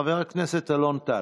חבר הכנסת אלון טל.